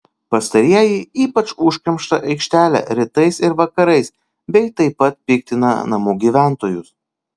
pastarieji ypač užkemša aikštelę rytais ir vakarais bei taip piktina namų gyventojus